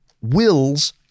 wills